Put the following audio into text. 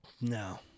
No